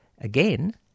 again